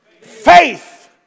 Faith